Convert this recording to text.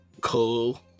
cool